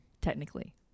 technically